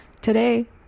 Today